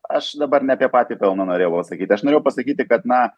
aš dabar ne apie patį pelną norėjau pasakyti aš norėjau pasakyti kad na